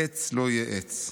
העץ לא יהיה עץ.